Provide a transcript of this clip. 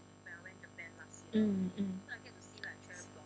mm mm